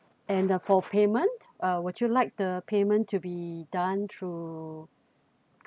and the for payment uh would you like the payment to be done through